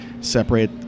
separate